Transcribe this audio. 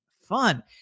fun